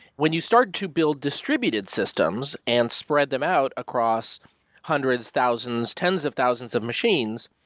when you start to build distributed systems and spread them out across hundreds, thousands, tens of thousands of machines,